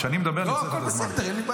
כשאני מדבר, אני עוצר לך את הזמן.